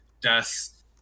death